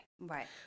Right